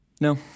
No